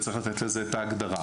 וצריך לתת לזה את ההגדרה.